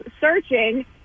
searching